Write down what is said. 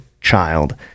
child